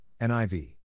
NIV